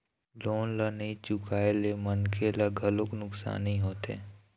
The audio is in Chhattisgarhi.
लोन ल नइ चुकाए ले मनखे ल घलोक नुकसानी होथे